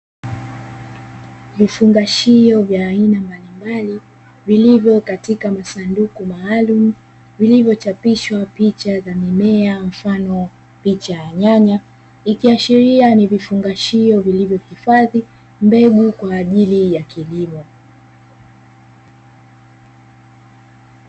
Vifungashio vya aina mbalimbali vilivyo katika masanduku maalumu vilivyochapishwa picha za mimea mfano wa picha ya nyanya, ikiashiria ni vifungashio vilivyohifadhi mbegu kwa ajili ya kilimo.